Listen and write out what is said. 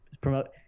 promote –